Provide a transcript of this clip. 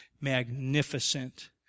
magnificent